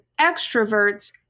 extroverts